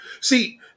See